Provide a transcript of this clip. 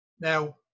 Now